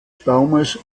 baumes